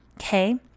okay